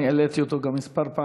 גם אני העליתי אותו כמה פעמים.